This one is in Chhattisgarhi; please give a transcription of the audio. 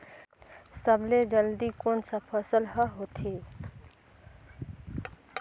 सबले जल्दी कोन सा फसल ह होथे?